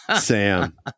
Sam